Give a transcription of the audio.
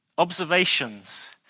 Observations